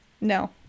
no